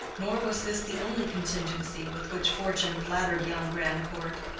nor was this the only contingency with which fortune flattered young grandcourt,